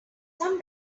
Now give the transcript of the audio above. some